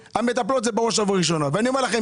המטפלות זה בראש ובראשונה ואני אומר לכם,